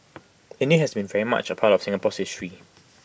India has been very much A part of Singapore's history